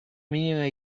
minima